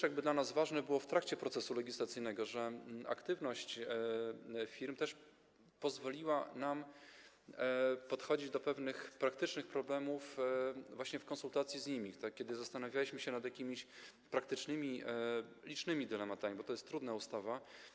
Ważne dla nas w trakcie procesu legislacyjnego było to, że aktywność firm pozwoliła nam podchodzić do pewnych praktycznych problemów właśnie w konsultacji z nimi, kiedy zastanawialiśmy się nad jakimiś praktycznymi, licznymi dylematami, bo to jest trudna ustawa.